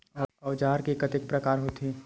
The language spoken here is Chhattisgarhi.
औजार के कतेक प्रकार होथे?